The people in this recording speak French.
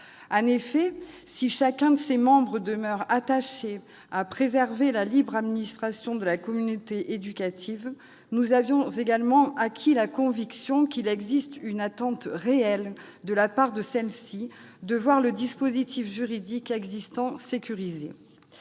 En effet, si nous demeurons attachés à préserver la libre administration de la communauté éducative par elle-même, nous avons également acquis la conviction qu'il existe une attente réelle, de la part de celle-ci, de voir le dispositif juridique existant sécurisé.